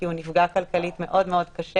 כי הוא נפגע כלכלית מאוד מאוד קשה.